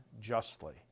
justly